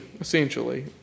essentially